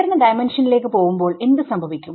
ഉയർന്ന ഡൈമെൻഷനിലേക്ക് പോവുമ്പോൾ എന്ത് സംഭവിക്കും